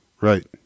right